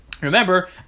Remember